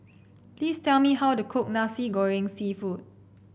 please tell me how to cook Nasi Goreng seafood